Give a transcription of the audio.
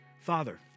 Father